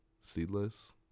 seedless